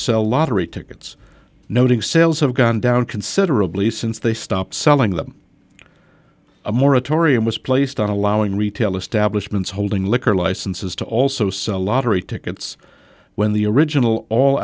sell lottery tickets noting sales have gone down considerably since they stopped selling them a moratorium was placed on allowing retail establishments holding liquor licenses to also sell lottery tickets when the original all